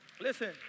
Listen